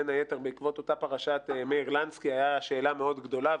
בין היתר בעקבות אותה פרשת מאיר לנסקי הייתה שאלה מאוד גדולה,